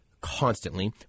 constantly